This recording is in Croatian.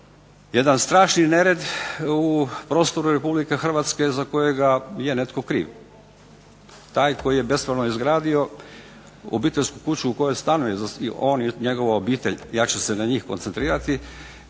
jedan strašni nered u prostoru Republike Hrvatske za kojega je netko kriv. Taj koji je bespravno izgradio obiteljsku kuću u kojoj stanuje on i njegova obitelj ja ću se na njih koncentrirati